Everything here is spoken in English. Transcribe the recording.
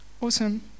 Awesome